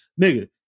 nigga